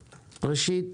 ראשית,